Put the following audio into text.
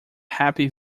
happy